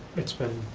it's been,